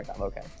Okay